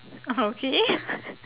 okay